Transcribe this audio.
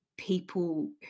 People